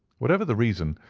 whatever the reason,